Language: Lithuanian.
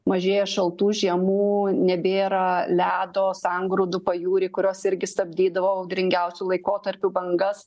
mažėja šaltų žiemų nebėra ledo sangrūdų pajūry kurios irgi stabdydavo audringiausių laikotarpių bangas